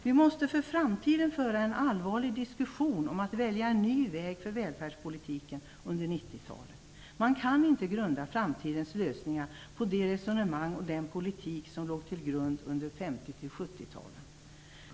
Vi måste för framtiden föra en allvarlig diskussion om att välja en ny väg för välfärdspolitiken under 90 talet. Man kan inte grunda framtidens lösningar på de resonemang och den politik som låg till grund för samhället under 50-70-talen.